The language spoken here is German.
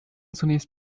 zunächst